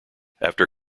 after